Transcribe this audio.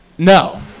No